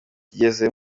kigeze